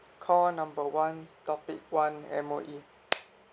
call number one topic one M_O_E